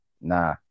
Nah